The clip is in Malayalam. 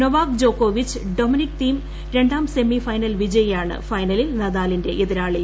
നൊവോക്ക് ജോക്കോവിച്ച് ഡൊമിനിക് തീം രണ്ടാം സെമി ഫൈനൽ വിജയിയാണ് ഫൈനലിൽ നദാലിന്റെ എതിരാളി